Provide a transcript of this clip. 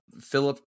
Philip